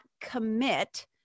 commit